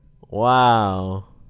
Wow